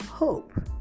Hope